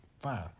Fine